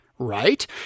Right